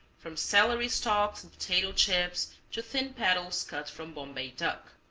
from celery stalks and potato chips to thin paddles cut from bombay duck.